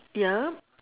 ya